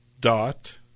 dot